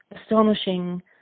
astonishing